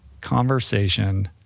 conversation